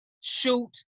shoot